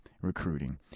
recruiting